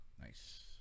nice